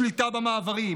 שליטה במעברים,